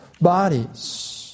bodies